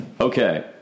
okay